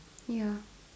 ya